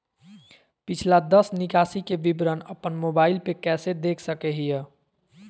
पिछला दस निकासी के विवरण अपन मोबाईल पे कैसे देख सके हियई?